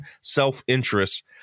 self-interest